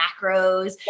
macros